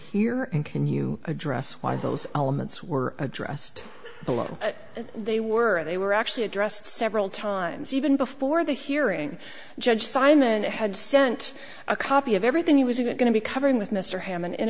here and can you address why those elements were addressed below they were they were actually addressed several times even before the hearing judge simon had sent a copy of everything he was going to be covering with mr hamon in